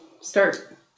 start